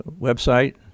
website